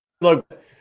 look